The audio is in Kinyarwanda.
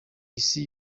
isi